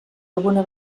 alguna